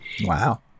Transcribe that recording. Wow